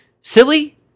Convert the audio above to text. Silly